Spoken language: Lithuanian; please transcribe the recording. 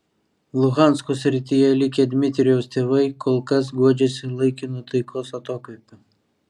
luhansko srityje likę dmitrijaus tėvai kol kas guodžiasi laikinu taikos atokvėpiu